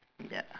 ya